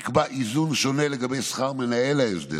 נקבע איזון שונה לגבי שכר מנהל ההסדר,